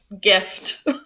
gift